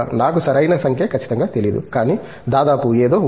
నాకు సరైన సంఖ్య ఖచ్చితంగా తెలియదు కానీ దాదాపు ఏదో ఉంది